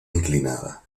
inclinada